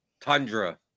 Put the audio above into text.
tundra